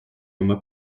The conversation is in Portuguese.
uma